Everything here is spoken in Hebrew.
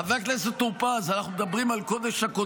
חבר הכנסת טור פז, אנחנו מדברים על קודש-הקודשים.